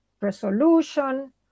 resolution